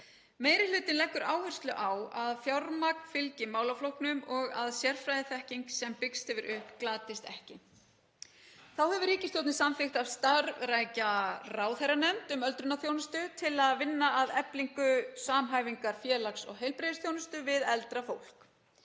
Meiri hlutinn leggur áherslu á að fjármagn fylgi málaflokkunum og að sérfræðiþekking sem byggst hefur upp glatist ekki. Þá hefur ríkisstjórnin samþykkt að starfrækja ráðherranefnd um öldrunarþjónustu til að vinna að eflingu samhæfingar félags- og heilbrigðisþjónustu við eldra fólk.